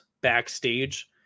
backstage